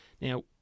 Now